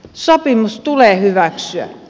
sopimus tulee hyväksyä